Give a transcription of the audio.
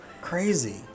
Crazy